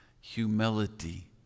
humility